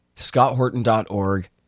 scotthorton.org